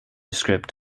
script